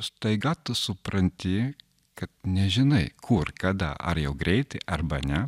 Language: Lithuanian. staiga tu supranti kad nežinai kur kada ar jau greitai arba ne